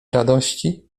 radości